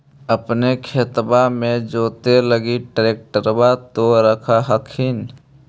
अपने खेतबा मे जोते लगी ट्रेक्टर तो रख होथिन?